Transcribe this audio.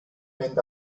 and